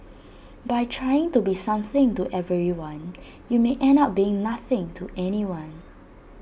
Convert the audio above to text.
by trying to be something to everyone you may end up being nothing to anyone